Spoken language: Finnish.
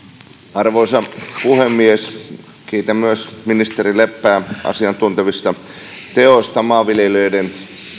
arvoisa puhemies kiitän myös ministeri leppää asiantuntevista teoista maanviljelijöiden